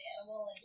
animal